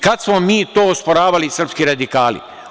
Kad smo mi to osporavali, mi srpski radikali?